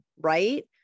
right